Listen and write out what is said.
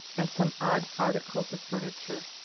and some odd articles of furniture,